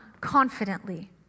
confidently